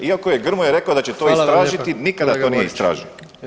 Iako je Grmoja rekao da će to istražiti [[Upadica: Hvala vam lijepa kolega Boriću.]] nikada to nije istražio.